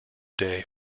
day